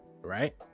right